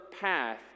path